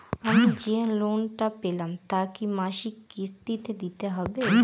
আমি যে লোন টা পেলাম তা কি মাসিক কিস্তি তে দিতে হবে?